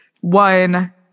one